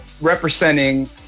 representing